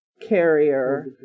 carrier